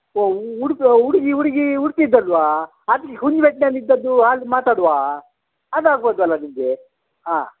ಓಹ್ ಉಡುಪಿ ಹುಡುಗಿ ಹುಡುಗಿ ಉಡುಪಿದಲ್ವಾ ಅದು ಹುಲ್ಲು ಬೆಟ್ಟನಲ್ಲಿದ್ದದ್ದು ಅಲ್ಲಿ ಮಾತಾಡುವಾ ಅದು ಆಗ್ಬೋದಲ್ಲ ನಿಮಗೆ ಹಾಂ